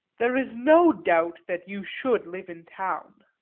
there is no doubt that you should live in town.